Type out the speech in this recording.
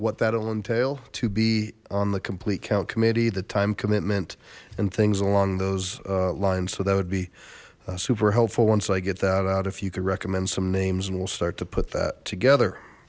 what that'll entail to be on the complete cal committee the time commitment and things along those lines so that would be super helpful once i get that out if you could recommend some names and we'll start to put that together